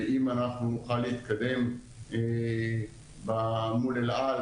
ואם אנחנו נוכל להתקדם מול אל-על